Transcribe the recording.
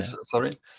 sorry